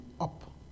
up